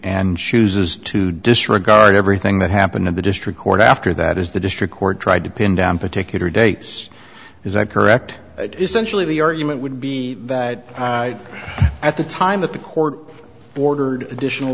and chooses to disregard everything that happened in the district court after that is the district court tried to pin down particular dates is that correct essentially the argument would be that at the time that the court ordered additional